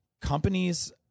companies